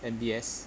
M_B_S